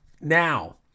Now